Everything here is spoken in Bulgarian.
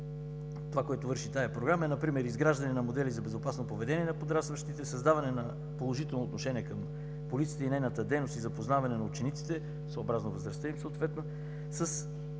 това, което върши тази програма, е например изграждане на модели за безопасно поведение на подрастващите, създаване на положително отношение към полицията и нейната дейност и запознаване на учениците, съобразно възрастта им съответно, с